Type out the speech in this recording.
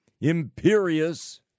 imperious